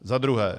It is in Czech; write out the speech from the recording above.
Za druhé.